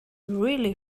really